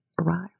arrived